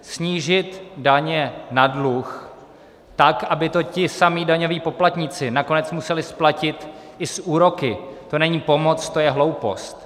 Snížit daně na dluh tak, aby to ti samí daňoví poplatníci nakonec museli splatit i s úroky, to není pomoc, to je hloupost.